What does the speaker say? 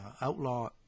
Outlaw